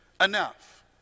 enough